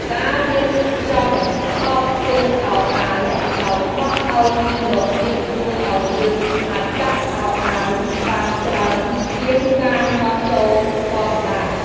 ការរៀបចំថតទូខោអាវដោយបត់ឱ្យមានរបៀបជួយឱ្យយើងអាចដាក់ខោអាវបានច្រើនជាងការញាត់ចូលធម្មតា។